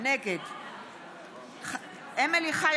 נגד מיכאל